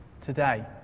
today